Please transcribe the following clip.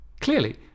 Clearly